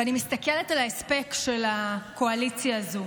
ואני מסתכלת על ההספק של הקואליציה הזו.